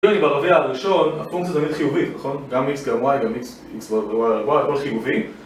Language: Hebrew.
אם אני ברביע הראשון הפונקציה תמיד חיובית, נכון? גם X גם Y, גם X ו-Y ו-Y, הכל חיובי